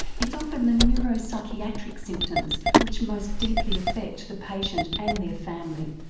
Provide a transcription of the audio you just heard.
it's often the neuropsychiatric symptoms which most deeply affect the patient and their family.